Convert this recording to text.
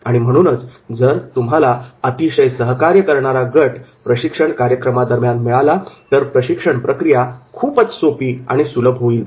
आणि म्हणूनच जर तुम्हाला अतिशय सहकार्य करणारा गट प्रशिक्षण कार्यक्रमादरम्यान मिळाला तर प्रशिक्षण प्रक्रिया खूपच सोपी व सुलभ होईल